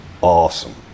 awesome